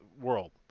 world